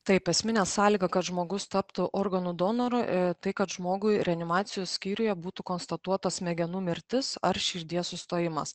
taip esminė sąlyga kad žmogus taptų organų donoru tai kad žmogui reanimacijos skyriuje būtų konstatuota smegenų mirtis ar širdies sustojimas